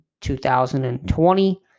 2020